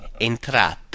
entrata